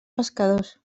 pescadors